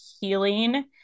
healing